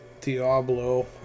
Diablo